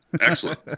excellent